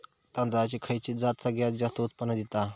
तांदळाची खयची जात सगळयात जास्त उत्पन्न दिता?